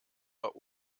war